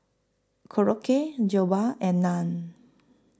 Korokke Jokbal and Naan